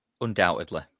Undoubtedly